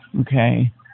Okay